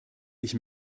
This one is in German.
ich